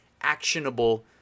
actionable